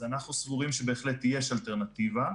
אז אנחנו סבורים שבהחלט יש אלטרנטיבה,